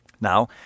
Now